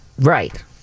Right